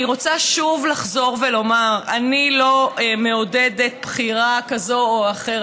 אני רוצה שוב לחזור ולומר: אני לא מעודדת בחירה כזו או אחרת.